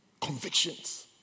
Convictions